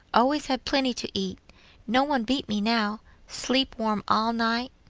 always have plenty to eat no one beat me now sleep warm all night.